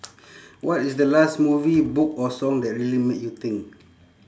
what is the last movie book or song that really made you think